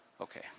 Okay